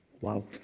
wow